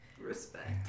Respect